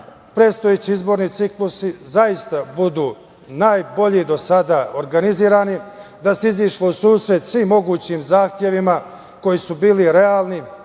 predstojeći izborni ciklusi zaista budu najbolje do sada organizovani, da se izašlo u susret svim mogućim zahtevima koji su bili realni,